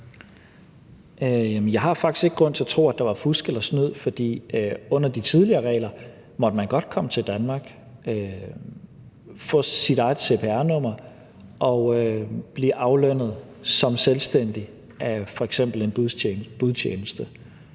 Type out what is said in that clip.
Jeg har faktisk ikke grund til at tro, at der var fusk eller snyd, for under de tidligere regler måtte man godt komme til Danmark, få sit eget cvr-nummer og blive aflønnet som selvstændig af f.eks. en budtjeneste.